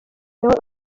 nawe